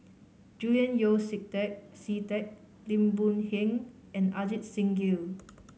Julian Yeo See Teck See Teck Lim Boon Heng and Ajit Singh Gill